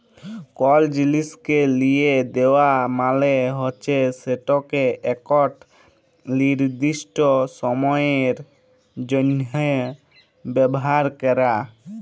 call জিলিসকে লিসে দেওয়া মালে হচ্যে সেটকে একট লিরদিস্ট সময়ের জ্যনহ ব্যাভার ক্যরা